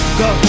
go